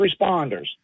responders